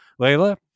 Layla